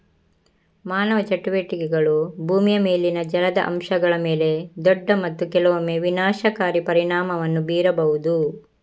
ಮಾನವ ಚಟುವಟಿಕೆಗಳು ಭೂಮಿಯ ಮೇಲಿನ ಜಲದ ಅಂಶಗಳ ಮೇಲೆ ದೊಡ್ಡ ಮತ್ತು ಕೆಲವೊಮ್ಮೆ ವಿನಾಶಕಾರಿ ಪರಿಣಾಮವನ್ನು ಬೀರಬಹುದು